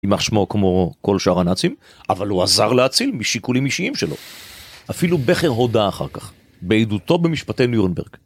יימח שמו כמו כל שאר הנאצים, אבל הוא עזר להציל משיקולים אישיים שלו, אפילו בכר הודה אחר כך, בעדותו במשפטי נירנברג.